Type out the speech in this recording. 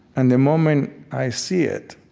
and the moment i see it,